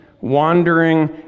wandering